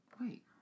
Wait